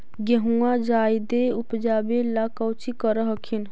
गेहुमा जायदे उपजाबे ला कौची कर हखिन?